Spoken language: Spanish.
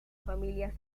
familias